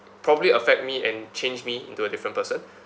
probably affect me and change me into a different person